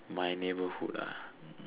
my neighborhood ah